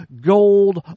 gold